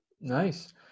Nice